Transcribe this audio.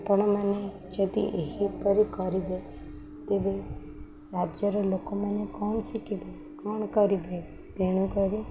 ଆପଣମାନେ ଯଦି ଏହିପରି କରିବେ ତେବେ ରାଜ୍ୟର ଲୋକମାନେ କ'ଣ ଶିଖିବେ କ'ଣ କରିବେ ତେଣୁକରି